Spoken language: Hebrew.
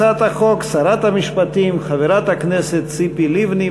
ותועבר לוועדת חוץ וביטחון להכנתה לקריאה שנייה ושלישית.